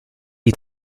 est